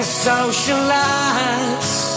socialize